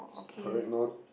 correct or not